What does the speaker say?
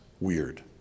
weird